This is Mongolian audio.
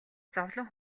зовлон